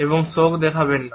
এবং শোক দেখাবেন না